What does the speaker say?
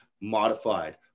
modified